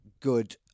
good